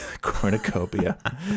cornucopia